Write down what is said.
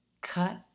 cut